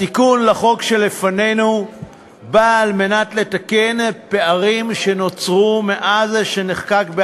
התיקון לחוק שלפנינו בא לתקן פערים שנוצרו מאז שנחקק החוק,